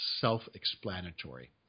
self-explanatory